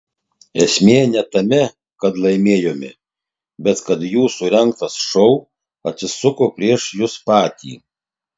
esmė ne tame kad laimėjome bet kad jūsų rengtas šou atsisuko prieš jus patį